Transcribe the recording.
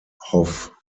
hoff